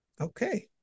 Okay